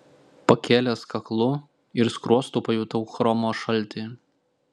pakėlęs kaklu ir skruostu pajutau chromo šaltį